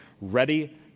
ready